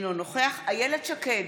אינו נוכח איילת שקד,